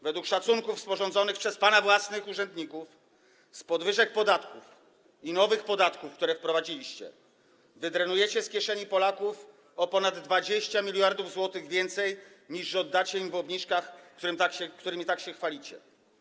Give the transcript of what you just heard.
Według szacunków sporządzonych przez pana własnych urzędników z podwyżek podatków i nowych podatków, które wprowadziliście, wydrenujecie z kieszeni Polaków o ponad 20 mld zł więcej, niż oddacie im w obniżkach, którymi tak się chwalicie.